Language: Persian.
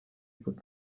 بود